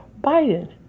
Biden